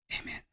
Amen